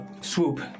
swoop